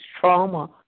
trauma